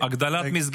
כמו כן,